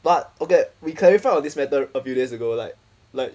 but okay we clarified on this matter a few days ago like like